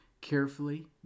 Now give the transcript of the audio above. carefully